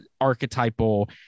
archetypal